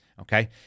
Okay